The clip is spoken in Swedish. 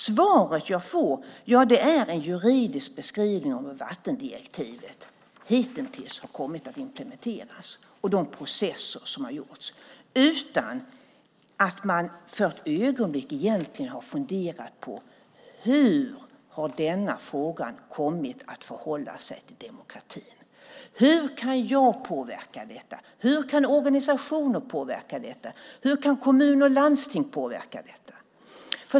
Svaret jag får är en juridisk beskrivning av hur vattendirektivet hitintills har kommit att implementeras och de processer som har skett utan att man för ett ögonblick egentligen har funderat på hur denna fråga har kommit att förhålla sig till demokratin. Hur kan jag påverka detta? Hur kan organisationer påverka detta? Hur kan kommuner och landsting påverka detta?